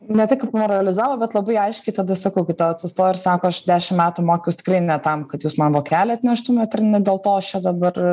ne tai kad moralizavo bet labai aiškiai tada sakau kai ta atsistojo ir sako aš dešim metų mokiaus tikrai ne tam kad jūs man vokelį atneštumėt ir ne dėl to aš čia dabar